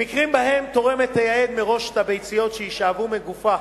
במקרים שבהם תורמת תייעד מראש את הביציות שיישאבו מגופה